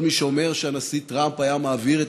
כל מי שאומר שהנשיא טראמפ היה מעביר את